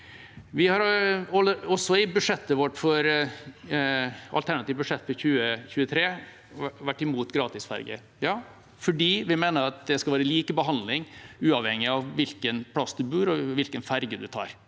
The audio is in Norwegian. Vi har også i vårt alternative budsjett for 2023 vært imot gratisferger, for vi mener at det skal være likebehandling, uavhengig av hvilken plass man bor på, og hvilken ferge man tar.